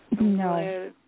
No